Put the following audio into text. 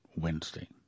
Wednesday